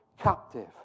captive